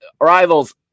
rivals